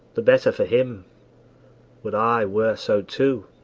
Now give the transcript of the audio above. the better for him would i were so too!